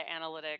analytics